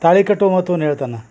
ತಾಳಿ ಕಟ್ಟೋ ಮಹತ್ವನ ಹೇಳ್ತಾನ